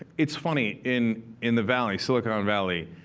it's funny. in in the valley, silicon um valley,